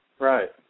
Right